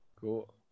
cool